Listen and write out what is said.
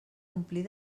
omplir